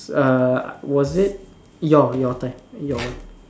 uh was it your your turn your